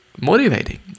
motivating